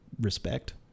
respect